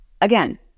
Again